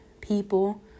people